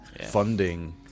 funding